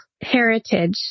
heritage